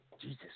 Jesus